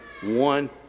one